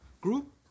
Group